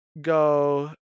go